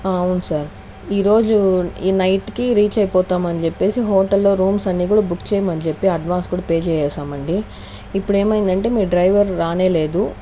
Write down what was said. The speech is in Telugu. అవును సార్ ఈరోజు ఈ నైట్కి రీచ్ అయిపోతామని చెప్పిసి హోటల్లో రూమ్స్ అన్ని కూడా బుక్ చేయమని చెప్పి అడ్వాన్స్ కూడా పే చేసేసామండి ఇప్పుడేమైంది అంటే మీ డ్రైవర్ రానేలేదు